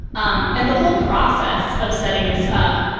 um and the whole process of setting this up,